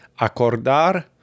acordar